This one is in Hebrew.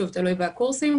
תלוי בקורסים.